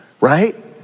right